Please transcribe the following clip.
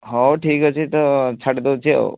ହଉ ଠିକ୍ ଅଛି ତ ଛାଡ଼ି ଦେଉଛି ଆଉ